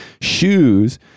shoes